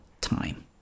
time